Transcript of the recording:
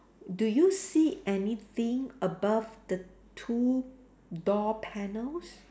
do you see anything above the two door panels